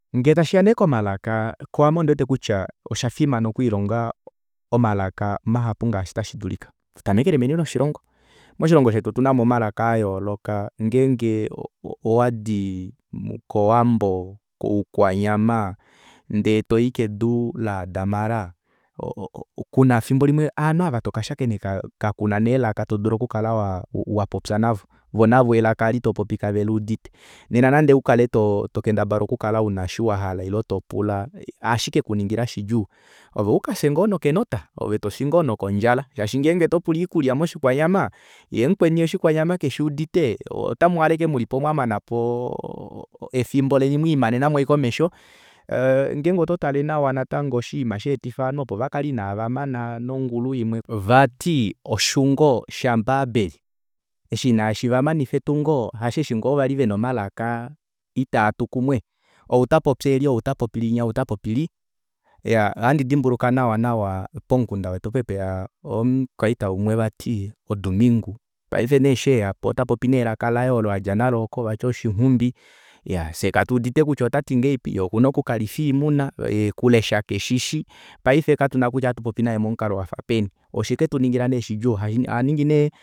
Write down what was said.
Ngee tashiya nee komalaka kwaame ondiwete kutya oshafimana okwiilonga omalaka mahapu ngaashi tashidulika natu tamekele meni loshilongo moshilongo shetu otunamo omalaka ayooloka ngeenge o- o- owadi kowambo koukwanyama ndee toyi kedu laadamara kuna efimbo limwe ovanhu ava tokashakeneka kakuna nee elaka todulu okukala waa wapopya navo voo navo elaka eli topopi kave luudite nena nande ukale toke ndabala nande una eshi wahala ile topula ohashi kekuningila shidjuu ove ukafye ngoo nokenota ove tofi ngoo nokondjala shaashi ngenge otopoula oikulya moshikwanyamana yee mukweni oshikwanyama keshuudite ota muhaala ashike mulipo mwamanapo o- o- o- efimbo leni mwii manenamo ashike omesho aa ngenge oto tale nawa oshiima shimwe sheetifa ovanhu vamwe vakale inavamana nongulu imwe vati oshungo sha babeli eshi ina shivamanifa etungo asheeshi ngoo vali vena omalaka itaatu kumwe ou tapopi eeli ou tapopi linya ou tapopi lii iyaa andi dimbuluka nawa nawa pomukunda wetu okwali peya omukwaita umwe vati odumingu paife nee eshi eyapo ota popi nee elaka laye olo adja nalo oko vati oshinghumbi iyaa fyee katuudite kutya otati ngahelipi yee okuna okukalifa oimuna kulesha keshishi paife katuna kutya ohatupopi naye momukalo wafapeni osheketuningila nee shidjuu ohaningi nee